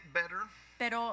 better